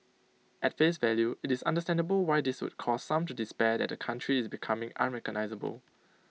at face value IT is understandable why this would cause some to despair that the country is becoming unrecognisable